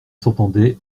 s’entendait